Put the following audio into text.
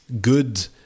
good